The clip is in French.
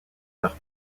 leur